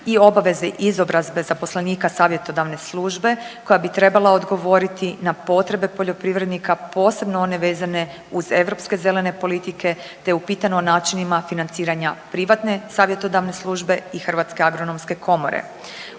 i obaveze izobrazbe zaposlenika savjetodavne službe koja bi trebala odgovoriti na potrebe poljoprivrednika posebno one vezane uz europske zelene politike te upitano o načinima financiranja privatne savjetodavne službe i Hrvatske agronomske komore.